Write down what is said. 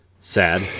sad